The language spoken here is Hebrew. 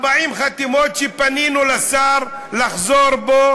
40 חתימות, ופנינו לשר לחזור בו